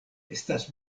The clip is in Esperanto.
estas